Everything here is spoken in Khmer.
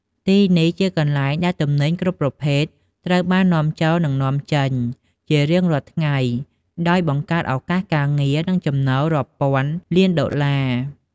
ទីនេះជាកន្លែងដែលទំនិញគ្រប់ប្រភេទត្រូវបាន នាំចូល និងនាំចេញ ជារៀងរាល់ថ្ងៃ ដោយបង្កើតឱកាសការងារ និងចំណូលរាប់ពាន់លានដុល្លារ។